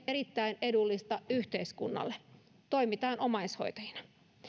erittäin edullista yhteiskunnalle toimitaan omaishoitajina